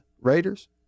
Raiders